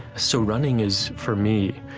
so running is, for me,